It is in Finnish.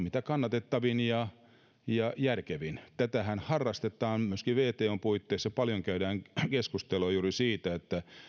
mitä kannatettavin ja ja järkevin tätähän harrastetaan myöskin wton puitteissa paljon käydään keskustelua juuri siitä että